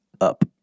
up